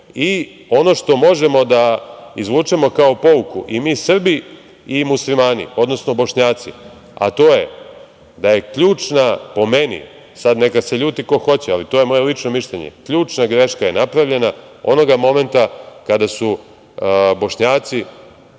što možemo da izvučemo kao pouku, i mi Srbi i muslimani, odnosno Bošnjaci, a to je da je ključna, po meni, neka se ljudi ko hoće, ali to je moje lično mišljenje, ključna greška je napravljena onoga momenta kada su Bošnjaci,